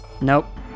Nope